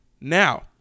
Now